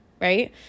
right